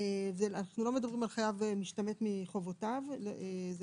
אנו לא מדברים על חייב משתמט מחובותיו או